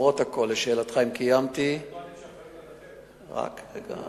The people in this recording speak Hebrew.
הם טוענים שהאחריות עליכם.